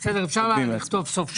אפשר לכתוב סוף שנה.